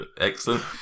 Excellent